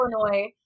Illinois